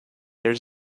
there